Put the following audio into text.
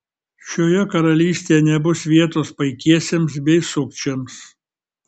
šioje karalystėje nebus vietos paikiesiems bei sukčiams